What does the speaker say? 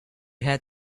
had